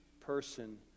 person